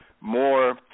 more